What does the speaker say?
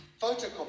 photocopy